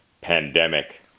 pandemic